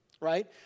right